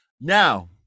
Now